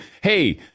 hey